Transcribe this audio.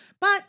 But-